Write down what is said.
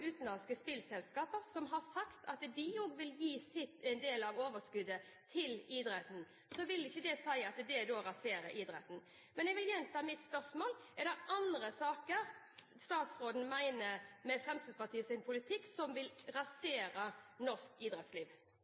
utenlandske spillselskaper som har sagt at de også vil gi en del av overskuddet til idretten, vil ikke si at idretten blir rasert. Jeg vil gjenta mitt spørsmål: Er det andre saker i Fremskrittspartiets politikk statsråden mener vil rasere norsk idrettsliv?